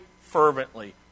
fervently